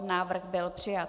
Návrh byl přijat.